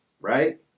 right